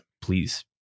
please